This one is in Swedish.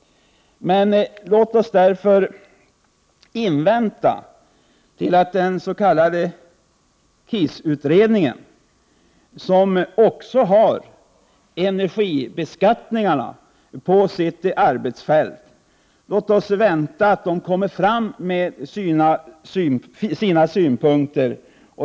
Men låt oss vänta till dess att den s.k. KIS-utredningen, som bl.a. har energibeskattningen inom sitt arbetsfält, lägger fram sina synpunkter.